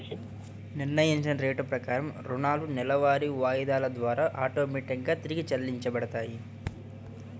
నిర్ణయించిన రేటు ప్రకారం రుణాలు నెలవారీ వాయిదాల ద్వారా ఆటోమేటిక్ గా తిరిగి చెల్లించబడతాయి